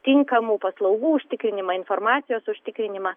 tinkamų paslaugų užtikrinimą informacijos užtikrinimą